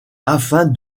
afin